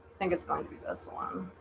think it's going to be this one